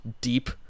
deep